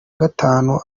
gatanu